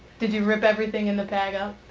did you rip everything in the bag up?